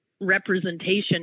representation